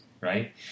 right